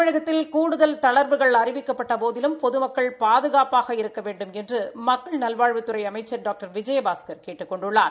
தமிழகத்தில் கூடுதல் தள்வுகள் அறிவிக்கப்பட்டபோதிலும் பொதுமக்கள் பாதுகாப்பாக இருக்க வேண்டுமென்று மக்கள் நல்வாழ்வுத்துறை அமைச்சா் டாக்டர் விஜயபாஸ்கா் கேட்டுக் கொண்டுள்ளார்